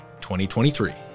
2023